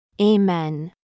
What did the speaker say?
Amen